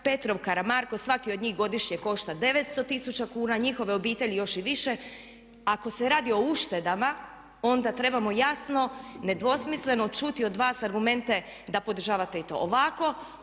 Petrov, Karamarko, svaki od njih godišnje košta 900 tisuća kuna, njihove obitelji još i više. Ako se radi o uštedama, onda trebamo jasno, nedvosmisleno čuti od vas argumente da podržavate i to ovako,